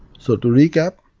so to recap,